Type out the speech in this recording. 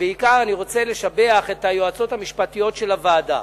ובעיקר אני רוצה לשבח את היועצות המשפטיות של הוועדה.